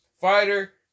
fighter